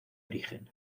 origen